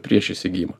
prieš įsigijimą